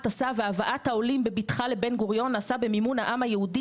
ההטסה והבאת העולים בבטחה לבן גוריון נעשה במימון העם היהודי.